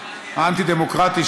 האנטי-דמוקרטי,